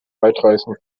weitreichend